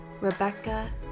rebecca